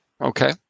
Okay